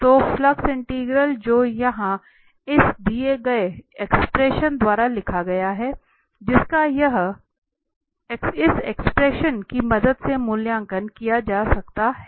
तो flux integral जो वहां लिखा गया था जिसका इस की मदद से मूल्यांकन किया जा सकता है